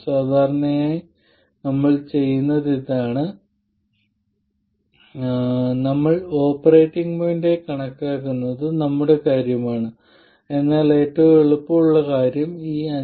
സാധാരണഗതിയിൽ നമ്മൾ ചെയ്യുന്നത് ഇതാണ് അതായത് നമ്മൾ ഓപ്പറേറ്റിംഗ് പോയിന്റായി കണക്കാക്കുന്നത് നമ്മുടെ കാര്യമാണ് എന്നാൽ ഏറ്റവും എളുപ്പമുള്ള കാര്യം ഈ 5